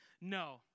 no